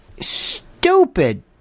stupid